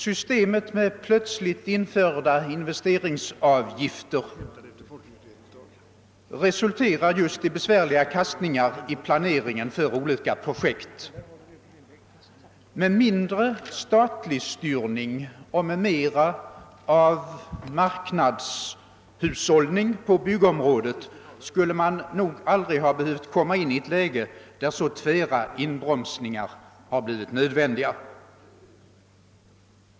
Systemet med plötsligt införda investeringsavgifter resulterar just i besvärliga kastningar i planeringen för olika projekt. Med mindre statlig styrning och med mera av marknadshushållning på byggområdet skulle man nog aldrig ha behövt komma in i ett läge där så tvära inbromsningar har blivit nödvändiga.